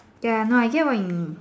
ya no I get what you mean